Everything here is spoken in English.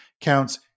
counts